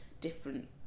different